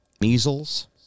Measles